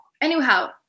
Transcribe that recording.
Anyhow